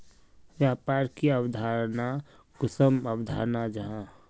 व्यापार की अवधारण कुंसम अवधारण जाहा?